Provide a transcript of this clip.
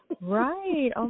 Right